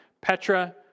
Petra